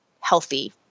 healthy